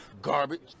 garbage